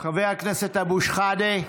חבר הכנסת אבו שחאדה,